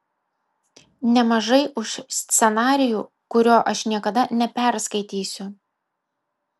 nemažai už scenarijų kurio aš niekada neperskaitysiu